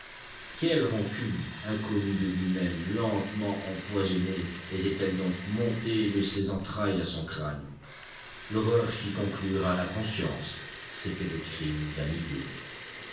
quelle rancune inconnue de lui-même lentement empoisonnée était-elle donc montée de ses entrailles à son crâne l'horreur fit conclure à l'inconscience c'était le crime d'un idiot